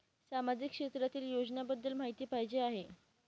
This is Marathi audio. सामाजिक क्षेत्रातील योजनाबद्दल माहिती पाहिजे आहे?